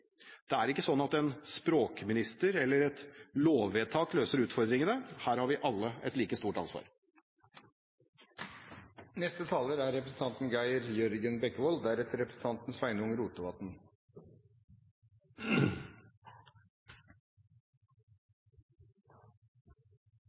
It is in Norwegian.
Det er ikke slik at en språkminister eller et lovvedtak løser utfordringene. Her har vi alle et like stort ansvar.